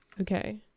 Okay